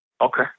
Okay